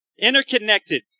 Interconnected